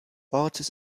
ortes